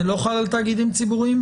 זה לא חל על תאגידים ציבוריים?